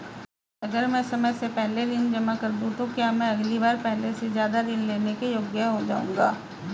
अगर मैं समय से पहले ऋण जमा कर दूं तो क्या मैं अगली बार पहले से ज़्यादा ऋण लेने के योग्य हो जाऊँगा?